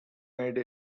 made